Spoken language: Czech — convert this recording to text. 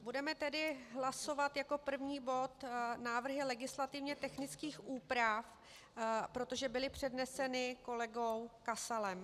Budeme tedy hlasovat jako první bod návrhy legislativně technických úprav, protože byly předneseny kolegou Kasalem.